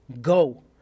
go